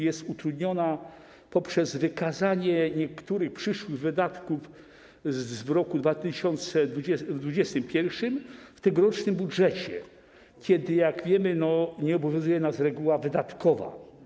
Jest ona utrudniona poprzez wykazanie niektórych przyszłych wydatków w roku 2021 w tegorocznym budżecie, kiedy - jak wiemy - nie obowiązuje nas reguła wydatkowa.